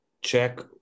check